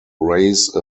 raise